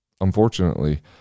Unfortunately